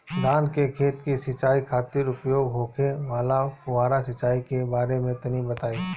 धान के खेत की सिंचाई खातिर उपयोग होखे वाला फुहारा सिंचाई के बारे में तनि बताई?